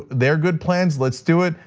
they're good plans, let's do it,